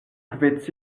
pouvait